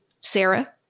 sarah